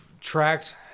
tracked